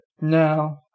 No